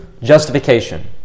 Justification